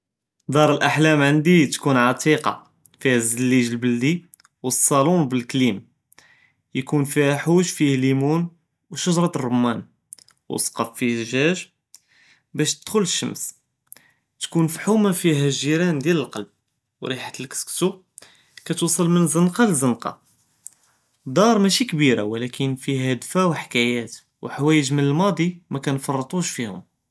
דאר לאחלָאם ענדִי תְּכוּן עתִיקָה פִיהָא לזְלִיג׳ לְבְּלְדִי ו לצָּאלוֹן בִּלקְּלִים, יְכוּן פִיהָא חוּש פִיהָא לִימוּן ו שַׁגָ׳רת לרּמָאן ו לסְּקָף פִיהָא לזְזָאג׳ בּאש תְדְחַל לשְׁשַׁמְס, ו תְּכוּן פח׳וּמָה פִיהָא לגִ׳ירָאן דיאל לכּלבְּ ו רִיחָה לכְּסכְּסו כִּתְוַסַל מן זנְקָה לְזנְקָה, דאר מאשי כְּבִּירָה ולכִּין פִיהָא דפָא ו לחְכָאיָאת ו לחוָאיְג מן למאדִי מכִּנְפְרְטוּש פִיהוּם.